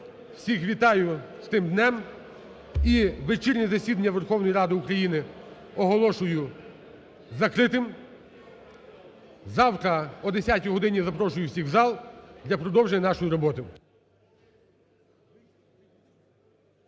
Всіх вітаю з тим днем. І вечірнє засідання Верховної Ради України оголошую закритим. Завтра о 10-й годині запрошую всіх в зал для продовження нашої роботи.